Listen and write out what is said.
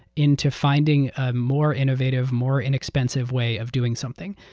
into finding a more innovative, more inexpensive way of doing something.